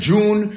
June